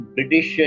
British